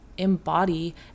embody